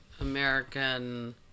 American